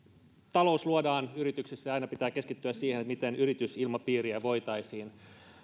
talous luodaan yrityksissä ja aina pitää keskittyä siihen miten yritysilmapiiriä voitaisiin